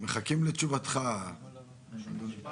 קודם כל, ברמה